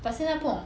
but 现在不懂